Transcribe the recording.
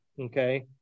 Okay